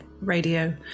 radio